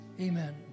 Amen